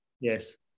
Yes